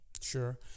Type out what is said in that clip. Sure